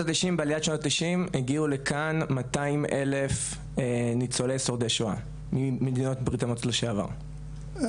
ה-90' הגיעו לכאן 200,00 ניצולי שורדי שואה ממדינות ברית המועצות לשעבר.